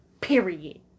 period